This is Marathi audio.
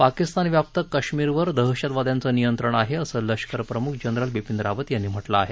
पाकिस्तान व्याप्त काश्मीरवर दहशतवाद्यांचं नियंत्रण आहे असं लष्करप्रमुख जनरल बिपीन रावत यांनी म्हटलं आहे